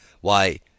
Why—